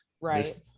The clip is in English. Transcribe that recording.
Right